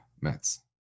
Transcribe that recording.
Mets